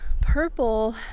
Purple